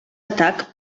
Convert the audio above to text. atac